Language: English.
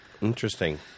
Interesting